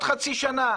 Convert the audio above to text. עוד חצי שנה,